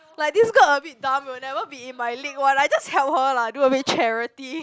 like this girl a bit dumb will never be in my league one I just help her lah do a bit charity